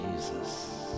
Jesus